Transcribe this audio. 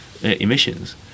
emissions